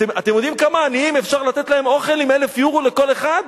אתם יודעים לכמה עניים אפשר לתת אוכל עם 1,000 יורו לכל אחד?